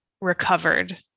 recovered